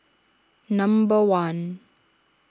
number one